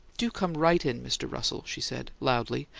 do come right in, mr. russell, she said, loudly,